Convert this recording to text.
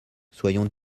soyons